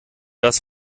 das